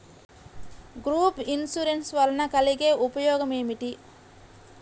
Group insurance వలన కలిగే ఉపయోగమేమిటీ?